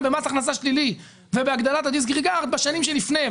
במס הכנסה שלילי ובהגדלת הדיסריגרד בשנים שלפני.